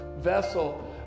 vessel